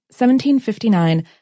1759